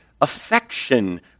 affection